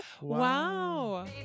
Wow